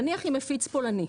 נניח עם מפיץ פולני,